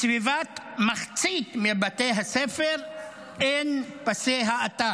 בסביבת מחצית מבתי הספר אין פסי האטה.